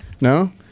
No